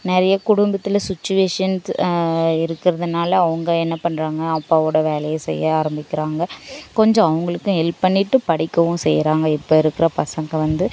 நிறைய குடும்பத்தில் சுச்சுவேஷன்ஸ் இருக்கிறதுனால அவங்க என்ன பண்ணுறாங்க அப்பாவோடய வேலைய செய்ய ஆரமிக்கிறாங்க கொஞ்ச அவங்களுக்கும் ஹெல்ப் பண்ணிகிட்டு படிக்கவும் செய்கிறாங்க இப்போது இருக்கிற பசங்கள் வந்து